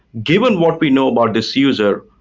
given what we know about this user,